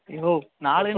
யோவ் நாலே நாலு